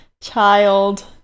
child